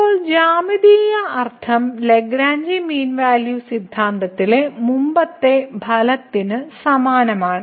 ഇപ്പോൾ ജ്യാമിതീയ അർത്ഥം ലഗ്രാഞ്ചി മീൻ വാല്യൂ സിദ്ധാന്തത്തിലെ മുമ്പത്തെ ഫലത്തിന് സമാനമാണ്